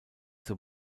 zur